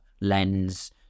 lens